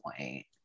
point